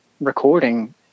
recording